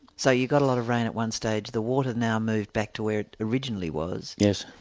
so you got a lot of rain at one stage, the water now moved back to where it originally was. yes.